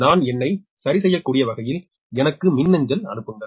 நான் என்னை சரிசெய்யக்கூடிய வகையில் எனக்கு மின்னஞ்சல் அனுப்புங்கள்